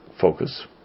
Focus